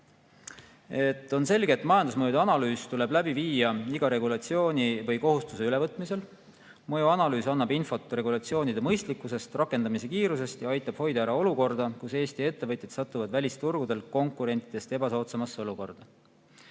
On selge, et majandusmõjude analüüs tuleb läbi viia iga regulatsiooni või kohustuse ülevõtmisel. Mõjuanalüüs annab infot regulatsioonide mõistlikkuse ja rakendamise kiiruse kohta ning aitab hoida ära olukorda, kus Eesti ettevõtjad satuvad välisturgudel konkurentidest ebasoodsamasse olukorda.